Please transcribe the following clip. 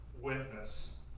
witness